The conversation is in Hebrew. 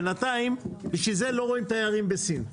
בנתיים בשביל זה לא רואים תיירים בסין.